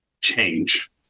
change